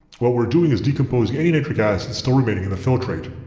what we're doing is decomposing any nitric acid still remaining in the filtrate.